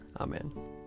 amen